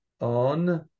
on